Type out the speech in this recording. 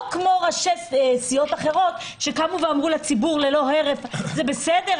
לא כמו ראשי סיעות אחרות שקמו ואמרו לציבור ללא הרף: זה בסדר,